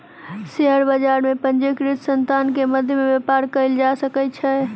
share बजार में पंजीकृत संतान के मध्य में व्यापार कयल जा सकै छै